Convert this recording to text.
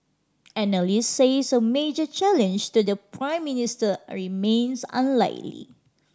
analysts says a major challenge to the Prime Minister remains unlikely